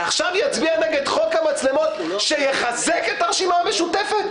עכשיו יצביע נגד חוק המצלמות שיחזק את הרשימה המשותפת?